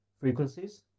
frequencies